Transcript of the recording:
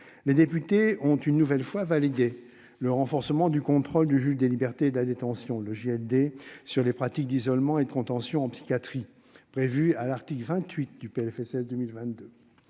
Les députés ont de nouveau voté le renforcement du contrôle du juge des libertés et de la détention (JLD) sur les pratiques d'isolement et de contention en psychiatrie, prévu à l'article 28 du PLFSS 2022.